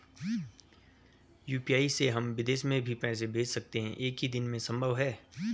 UPI से हम विदेश में भी पैसे भेज सकते हैं एक ही दिन में संभव है?